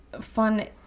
fun